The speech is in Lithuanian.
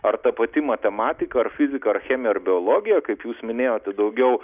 ar ta pati matematika ar fizika ar chemija ar biologija kaip jus minėjote daugiau